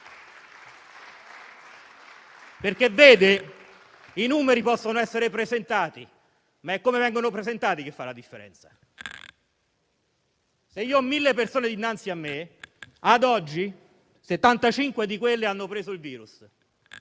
perché i numeri possono essere presentati, ma è come vengono presentati che fa la differenza. Se io ho 1.000 persone dinanzi a me, ad oggi 75 di esse hanno preso il virus.